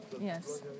Yes